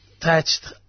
attached